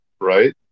Right